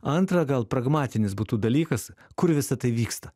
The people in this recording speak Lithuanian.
antra gal pragmatinis būtų dalykas kur visa tai vyksta